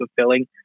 fulfilling